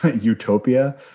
utopia